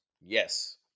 Yes